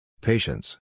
Patience